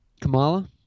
Kamala